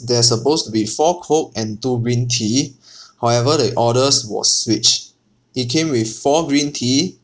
there're supposed to be four coke and two green tea however the orders was switched it came with four green tea